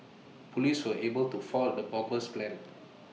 Police were able to foil the bomber's plans